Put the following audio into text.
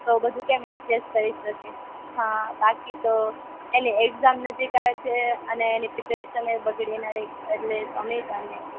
તો બધુ કેમ એડજસ્ટ કરી શકે હા બાકી તો એની એક્જામ નજીક આવે છે અને એની પ્રિપેરેશનેય બગડે એટલે અમે જાણીએ છે એ